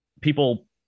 people